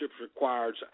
requires